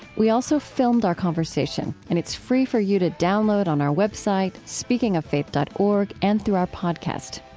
we also filmed our conversation. and it's free for you to download on our web site, speakingoffaith dot org, and through our podcast.